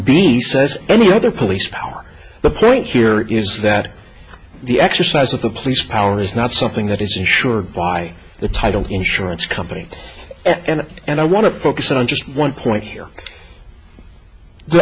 besides any other police power the point here is that the exercise of the police power is not something that isn't sure why the title insurance company and i want to focus on just one point here the